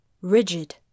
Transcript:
rigid